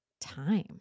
time